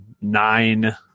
nine